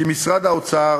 כי משרד האוצר